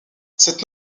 cette